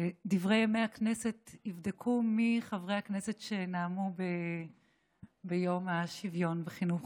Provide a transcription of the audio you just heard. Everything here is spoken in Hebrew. חברי הכנסת שנאמו ביום השוויון בחינוך.